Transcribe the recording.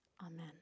Amen